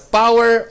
power